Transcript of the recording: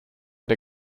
der